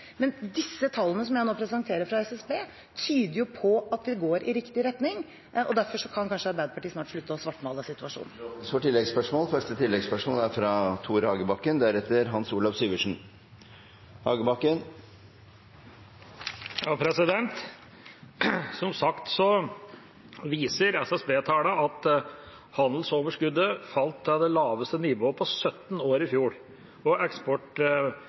men disse tallene som jeg nå presenterer fra SSB, tyder på at vi går i riktig retning, og derfor kan kanskje Arbeiderpartiet snart slutte å svartmale situasjonen. Det åpnes for oppfølgingsspørsmål – først Tore Hagebakken. Som sagt viser SSB-tallene at handelsoverskuddet falt til det laveste nivået på 17 år i fjor.